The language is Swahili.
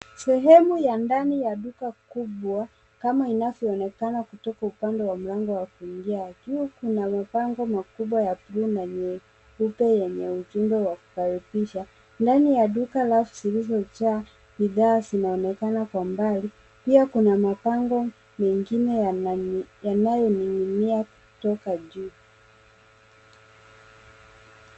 Sehemu ya ndani ya duka kubwa kama inavyoonekana kutoka upande wa mlango wa kungia, juu kuna mabango makubwa ya buluu na nyeupe yenye ujumbe wa kukaribisha. Ndani ya duka rafu zilizojaa bidhaa zinaonekana kwa mbali, pia kuna mabango mengine yanoyoning'inia kutoka juu.